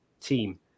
team